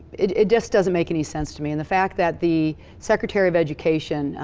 it just doesn't make any sense to me. and the fact that the secretary of education,